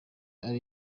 ari